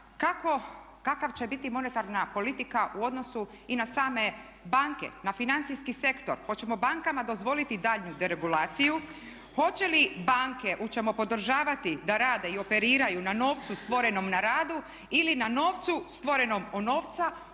kakva će biti monetarna politika u odnosu i na same banke, na financijski sektor. Hoćemo bankama dozvoliti daljnju deregulaciju? Hoćemo li banke podržavati da rade i operiraju na novcu stvorenom na radu ili na novcu stvorenog od novca